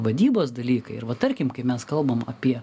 vadybos dalykai ir va tarkim kai mes kalbam apie